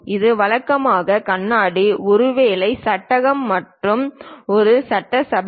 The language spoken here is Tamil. இது வழக்கமான கண்ணாடி ஒருவேளை சட்டகம் கொண்ட ஒரு சட்டசபை